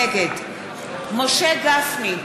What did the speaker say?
נגד משה גפני,